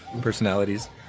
personalities